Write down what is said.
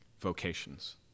vocations